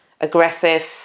aggressive